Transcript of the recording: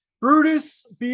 Brutus